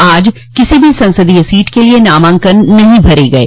आज किसी भी संसदीय सीट के लिए नामांकन नहीं भरे गये